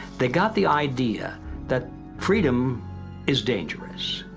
they got the idea that freedom is dangerous.